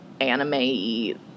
anime